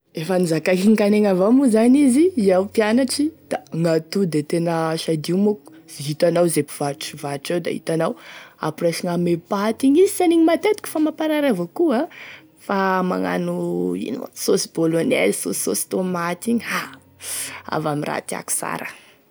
Efa nizakaiko igny kanegny avao moa zany izy iaho mpianatryda gn'atody e tena aaa sady io moko hitanao ze mpivarotry; mpivarotry eo da hitanao, ampiraisigny ame paty igny sy anigny matetiky fa mamparary avao koa fa magnano ino moa saosy bolognaise saosy sauce tomate igny a avy amin'ny raha tiako sara.